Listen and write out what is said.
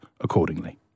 accordingly